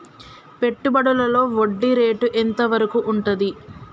పెట్టుబడులలో వడ్డీ రేటు ఎంత వరకు ఉంటది?